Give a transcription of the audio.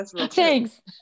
thanks